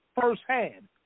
firsthand